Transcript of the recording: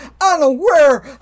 unaware